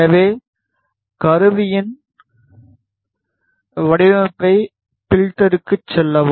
எனவே கருவிகள் வடிவமைப்பு பில்டருக்கு செல்லவும்